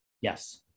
Yes